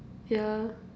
yeah